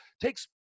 takes